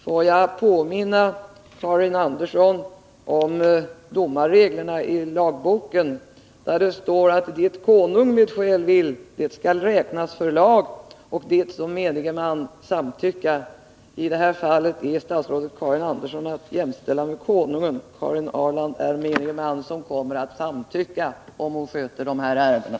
Får jag påminna Karin Andersson om domarreglerna i lagboken, där det står: ”Det konung med skäl vill, det skall räknas för lag, och det som menige man samtycka.” I det här fallet är statsrådet Karin Andersson att jämställa med konungen. Karin Ahrland är menige man som kommer att samtycka, om hon sköter de här ärendena.